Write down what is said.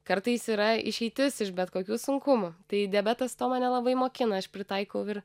kartais yra išeitis iš bet kokių sunkumų tai diabetas to mane labai mokina aš pritaikau ir